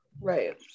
Right